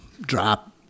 drop